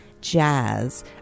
Jazz